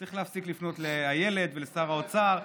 צריך להפסיק לפנות לאילת ולשר האוצר.